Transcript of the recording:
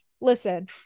listen